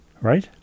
Right